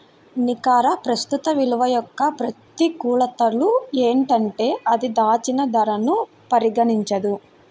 నికర ప్రస్తుత విలువ యొక్క ప్రతికూలతలు ఏంటంటే అది దాచిన ధరను పరిగణించదు